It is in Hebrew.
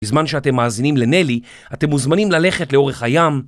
בזמן שאתם מאזינים לנלי, אתם מוזמנים ללכת לאורך הים.